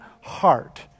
heart